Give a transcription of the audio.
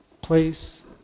place